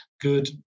good